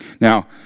Now